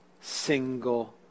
single